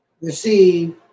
receive